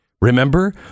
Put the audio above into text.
Remember